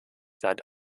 seit